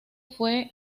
fue